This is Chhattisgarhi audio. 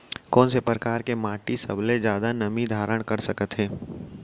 कोन से परकार के माटी सबले जादा नमी धारण कर सकत हे?